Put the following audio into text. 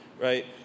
right